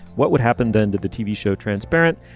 what would happen then did the tv show transparent.